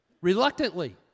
reluctantly